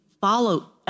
follow